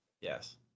Yes